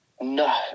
no